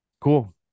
Cool